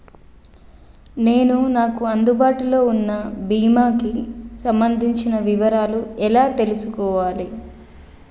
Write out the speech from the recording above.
నేను నాకు అందుబాటులో ఉన్న బీమా కి సంబంధించిన వివరాలు ఎలా తెలుసుకోవాలి?